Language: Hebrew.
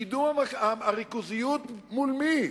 קידום הריכוזיות מול מי,